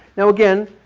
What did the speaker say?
now again,